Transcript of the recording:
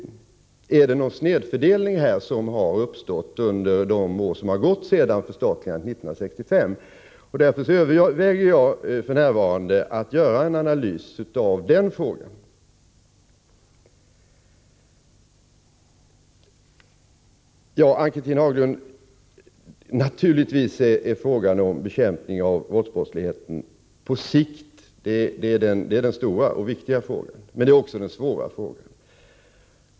Har det uppstått någon snedfördelning under de år som gått sedan 1965? Jag överväger f. n. att göra en analys av den frågan. Naturligtvis, Ann-Cathrine Haglund, är frågan om bekämpning av våldsbrott på sikt en stor och viktig fråga, men det är också en svår fråga.